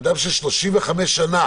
אדם ש-35 שנה